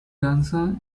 danza